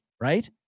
Right